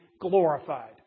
glorified